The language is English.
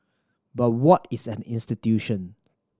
but what is an institution